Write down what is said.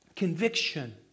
Conviction